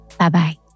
Bye-bye